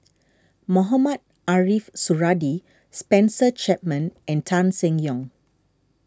Mohamed Ariff Suradi Spencer Chapman and Tan Seng Yong